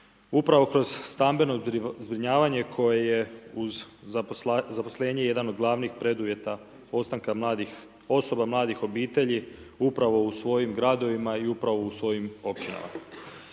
upravo kroz stambeno zbrinjavanje koje je uz zaposlenje jedan od glavnih preduvjeta ostanka mladih, osoba mladih obitelji upravo u svojim gradovima i upravo u svojim općinama.